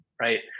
right